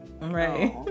Right